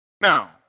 Now